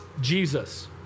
Jesus